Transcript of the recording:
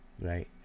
right